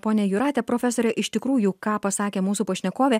ponia jūratė profesorė iš tikrųjų ką pasakė mūsų pašnekovė